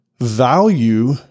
value